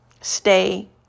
Stay